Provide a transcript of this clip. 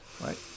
right